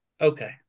Okay